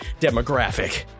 demographic